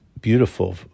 beautiful